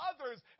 others